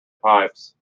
pipes